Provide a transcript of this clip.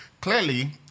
clearly